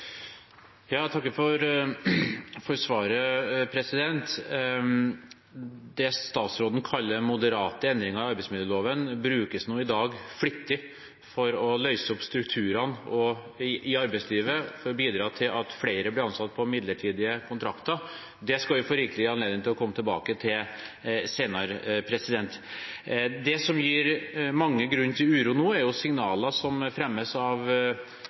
Jeg takker for svaret. Det statsråden kaller moderate endringer i arbeidsmiljøloven, brukes nå i dag flittig for å løse opp strukturene i arbeidslivet for å bidra til at flere blir ansatt på midlertidige kontrakter. Det skal vi få rikelig anledning til å komme tilbake til senere. Det som gir mange grunn til uro nå, er signaler som